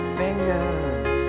fingers